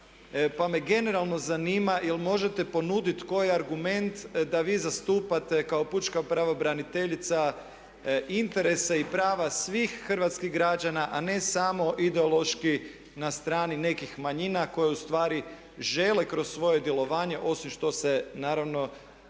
pa me generalno zanima je li možete ponuditi koji argument da vi zastupate kao pučka pravobraniteljica interese i prava svih hrvatskih građana a ne samo ideološki na strani nekih manjina koje ustvari žele kroz svoje djelovanje osim što se pravedno,